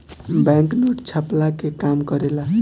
bank note छ्पला के काम करेला